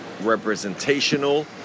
representational